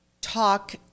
talk